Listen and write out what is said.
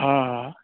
हा हा